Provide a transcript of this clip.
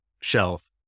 shelf